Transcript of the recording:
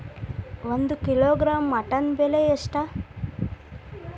ಒಂದು kilogram mutton ಬೆಲೆ ಎಷ್ಟ್?